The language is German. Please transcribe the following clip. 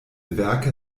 werke